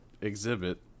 Exhibit